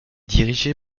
dirigée